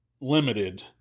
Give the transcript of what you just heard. limited